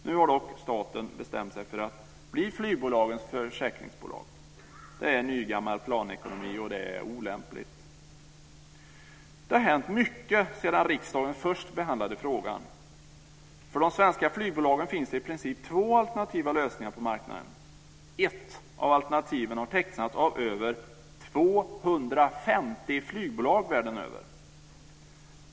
Nu har staten dock bestämt sig för att bli flygbolagens försäkringsbolag. Det är nygammal planekonomi, och det är olämpligt. Det har hänt mycket sedan riksdagen först behandlade frågan. För de svenska flygbolagen finns det i princip två alternativa lösningar på marknaden. Ett av alternativen har tecknats av över 250 flygbolag världen över.